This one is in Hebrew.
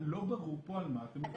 לא ברור פה על מה אתם מדברים.